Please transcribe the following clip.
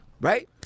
right